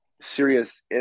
serious